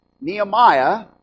Nehemiah